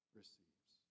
receives